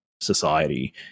society